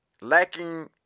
lacking